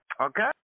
okay